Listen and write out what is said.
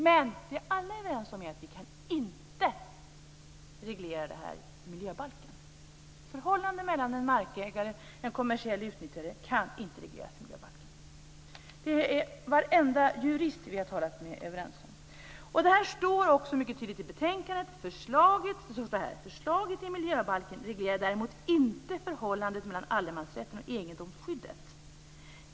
Men det alla är överens om är att vi inte kan reglera det här i miljöbalken. Förhållandet mellan en markägare och en kommersiell utnyttjare kan inte regleras i miljöbalken. Det är alla jurister som vi har talat med överens om. Detta står också mycket tydligt i betänkandet: Förslaget i miljöbalken reglerar däremot inte förhållandet mellan allemansrätten och egendomsskyddet.